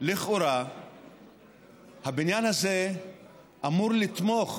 לכאורה הבניין הזה אמור לתמוך